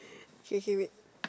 K K wait